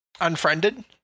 Unfriended